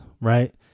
right